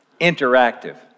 interactive